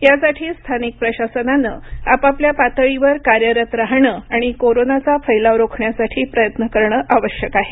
यासाठी स्थानिक प्रशासनां आपापल्या पातळीवर कार्यरत राहणं आणि कोरोनाचा फैलाव रोखण्यासाठी प्रयत्न करणं आवश्यक आहे